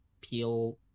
peel